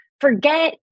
Forget